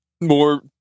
more